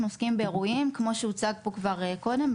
אנחנו עוסקים באירועים כמו שהוצג פה כבר קודם,